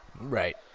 Right